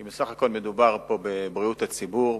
כי בסך הכול מדובר פה בבריאות הציבור,